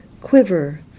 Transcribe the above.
quiver